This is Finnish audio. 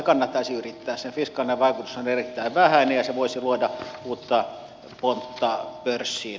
sen fiskaalinen vaikutus on erittäin vähäinen ja se voisi luoda uutta pontta pörssiin